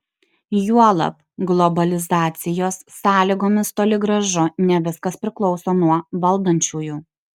juolab globalizacijos sąlygomis toli gražu ne viskas priklauso nuo valdančiųjų